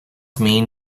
mean